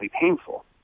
painful